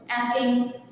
asking